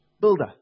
builder